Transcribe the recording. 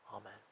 Amen